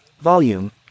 Volume